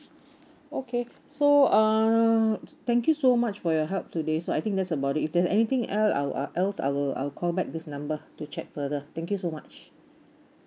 okay so um thank you so much for your help today so I think that's about if there's anything else I'll else I will I'll call back this number to check further thank you so much